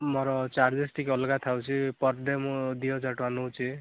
ମୋର ଚାର୍ଜେସ୍ ଟିକିଏ ଅଲଗା ଥାଉଛି ପର୍ ଡ଼େ ମୁଁ ଦୁଇ ହଜାର ଟଙ୍କା ନେଉଛି